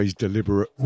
deliberate